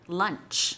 lunch